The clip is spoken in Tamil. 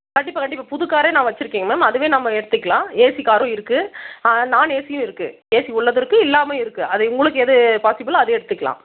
கண்டிப்பாக கண்டிப்பாக புது காரே நான் வைச்சிருக்கேங்க மேம் அதுவே நம்ம எடுத்துக்கலாம் ஏசி காரும் இருக்குது நான் ஏசியும் இருக்குது ஏசி உள்ளதும் இருக்குது இல்லாமயும் இருக்குது அது உங்களுக்கு எது பாசிபிளோ அதையே எடுத்துக்கலாம்